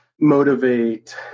motivate